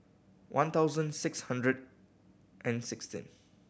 one thousand six hundred and sixteen